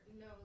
no